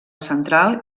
central